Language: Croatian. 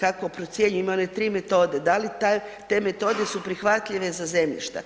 kako procjenjuju, imaju one 3 metode, da li te metode su prihvatljive za zemljišta.